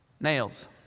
Nails